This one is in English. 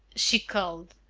she called.